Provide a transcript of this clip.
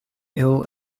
ill